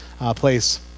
place